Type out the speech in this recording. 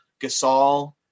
Gasol